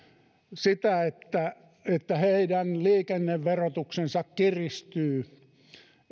sitä että että heidän liikenneverotuksensa kiristyy